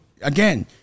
again